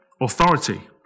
authority